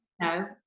no